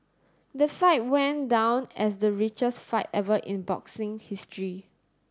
that fight went down as the richest fight ever in boxing history